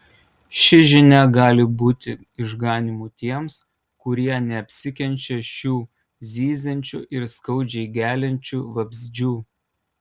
ši žinia gali būti išganymu tiems kurie neapsikenčia šių zyziančių ir skaudžiai geliančių vabzdžių